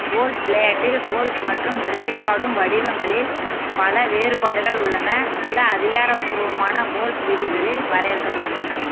golf விளையாட்டில் golf மற்றும் விளையாடும் வடிவங்களில் பல வேறுபாடுகள் உள்ளன சில அதிகாரப்பூர்வமான கோல்ஃப் விதிகளில் வரையறுக்கப்பட்டுள்ளன